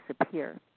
disappear